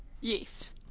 Yes